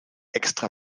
extra